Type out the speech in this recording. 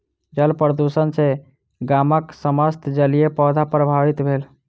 जल प्रदुषण सॅ गामक समस्त जलीय पौधा प्रभावित भेल